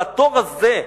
"והתור הזה"